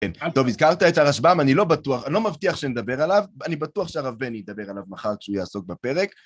טוב, הזכרת את הרשב"ם, אני לא בטוח, אני לא מבטיח שאני אדבר עליו, אני בטוח שהרב בן ידבר עליו מחר כשהוא יעסוק בפרק.